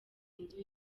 nzu